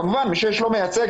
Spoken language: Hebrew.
כמובן מי שיש לו מייצג,